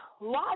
lots